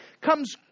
comes